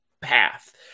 path